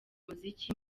umuziki